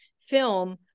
film